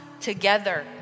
together